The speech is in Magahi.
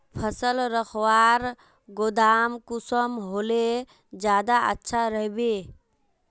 फसल रखवार गोदाम कुंसम होले ज्यादा अच्छा रहिबे?